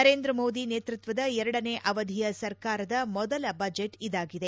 ನರೇಂದ್ರ ಮೋದಿ ನೇತೃತ್ವದ ಎರಡನೇ ಅವಧಿಯ ಸರ್ಕಾರದ ಮೊದಲ ಬಜೆಟ್ ಇದಾಗಿದೆ